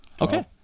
Okay